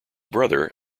brother